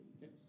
Yes